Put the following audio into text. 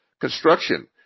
Construction